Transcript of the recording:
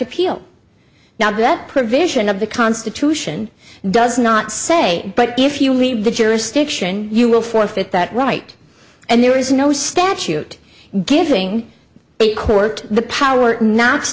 appeal now that provision of the constitution does not say but if you leave the jurisdiction you will forfeit that right and there is no statute giving the court the power not